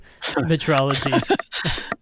metrology